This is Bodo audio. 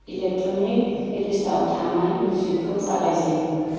इलेक्ट्रनिक प्लेलिस्टाव थानाय मिउजिकखौ जागायजेन